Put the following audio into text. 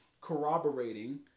corroborating